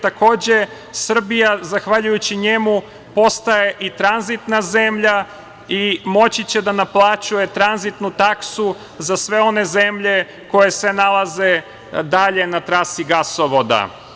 Takođe, Srbija zahvaljujući njemu postaje i tranzitna zemlja i moći da naplaćuje tranzitnu taksu za sve one zemlje koje se nalaze dalje na trasi gasovoda.